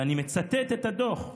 ואני מצטט את הדוח.